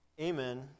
Amen